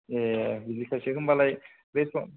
ए बिदिखायसो होमबालाय रेसन